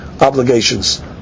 obligations